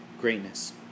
greatness